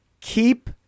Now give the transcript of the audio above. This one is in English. keep